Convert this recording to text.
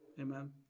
Amen